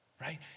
Right